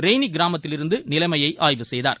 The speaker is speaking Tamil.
ரெய்ளிகிராமத்திலிருந்துநிலைமையைஆய்வு செய்தார்